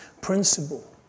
principle